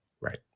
Right